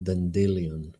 dandelion